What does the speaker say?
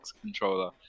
controller